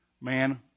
Man